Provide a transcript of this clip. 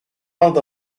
one